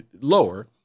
lower